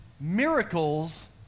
Miracles